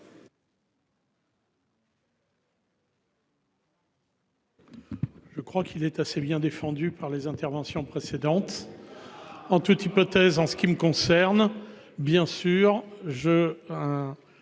Je crois qu'il est assez bien défendu par les interventions précédentes. En toute hypothèse, en ce qui me concerne, bien sûr je.